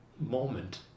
moment